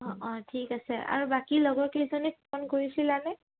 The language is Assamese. অঁ অঁ ঠিক আছে আৰু বাকী লগৰ কেইজনীক ফোন কৰিছিলানে